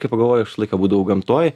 kai pagalvoji aš būdavau gamtoj